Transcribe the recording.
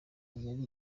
yari